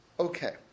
Okay